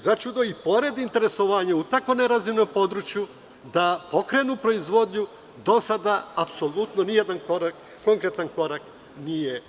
Za čudo, i pored interesovanja u tako nerazvijenom području da pokrenu proizvodnju, do sada apsolutno nijedan konkretan korak nije